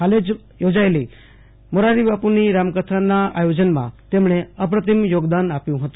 હાલ જ યોજાયેલા મોરારીબાપુની રામકથાના આયોજનમાં તેમણે અપ્રતીમ યોગદાન આપ્યું હતું